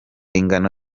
ingano